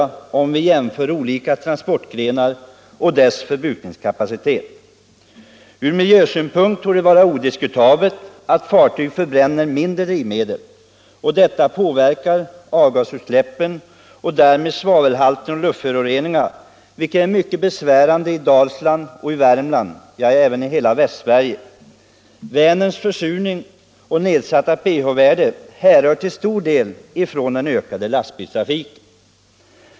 Det lönar sig att jämföra olika transportgrenar och deras oljeförbrukning. Det är odiskutabelt att fartyg förbränner mindre drivmedel, och detta är utomordentligt värdefullt från miljösynpunkt eftersom det direkt påverkar avgasutsläppen och därmed svavelhalten och luftföroreningarna som är så besvärande i Dalsland och Värmland — ja, i hela Västsverige. Vänerns försurning och nedsatta pH-värde härrör till stor del från den ökade lastbilstrafiken.